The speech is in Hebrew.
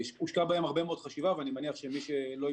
הושקעה בדברים הרבה מאוד חשיבה ואני מניח שמי שייבחר